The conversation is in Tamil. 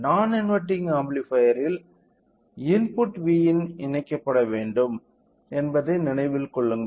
நான் இன்வெர்டிங் ஆம்ப்ளிஃபையர்ல் இன்புட் Vin ன் இணைக்கப்பட வேண்டும் என்பதை நினைவில் கொள்ளுங்கள்